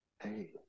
Hey